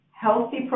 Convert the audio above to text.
healthy